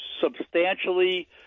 substantially